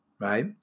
right